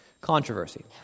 controversy